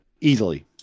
easily